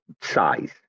size